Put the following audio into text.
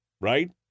right